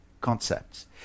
concepts